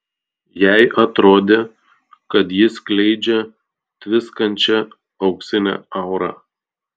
jai atrodė kad jis skleidžia tviskančią auksinę aurą